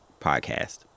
podcast